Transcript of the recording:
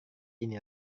ini